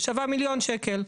ששווה מיליון שקל.